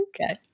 Okay